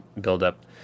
buildup